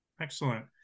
Excellent